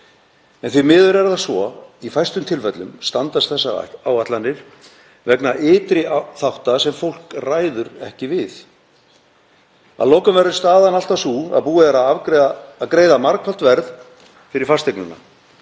En því miður er það svo að í fæstum tilfellum standast þessar áætlanir vegna ytri þátta sem fólk ræður ekki við. Að lokum verður staðan alltaf sú að búið er að greiða margfalt verð fyrir fasteignina.